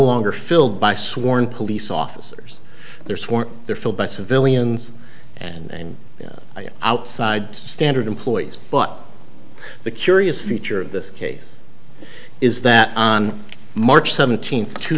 longer filled by sworn police officers therefore they're filled by civilians and outside standard employees but the curious feature of this case is that on march seventeenth two